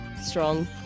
strong